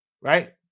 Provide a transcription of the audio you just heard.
right